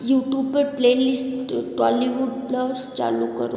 YouTube पर playlist Tollywood plus चालू करो